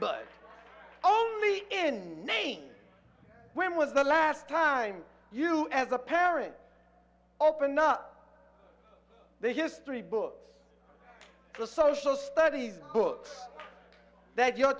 only in name when was the last time you as a parent open up the history books to social studies books that your